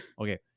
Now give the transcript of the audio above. okay